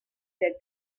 that